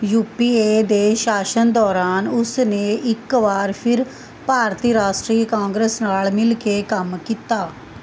you P A ਦੇ ਸ਼ਾਸਨ ਦੌਰਾਨ ਉਸ ਨੇ ਇੱਕ ਵਾਰ ਫਿਰ ਭਾਰਤੀ ਰਾਸ਼ਟਰੀ ਕਾਂਗਰਸ ਨਾਲ ਮਿਲ ਕੇ ਕੰਮ ਕੀਤਾ